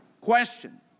Question